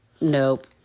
Nope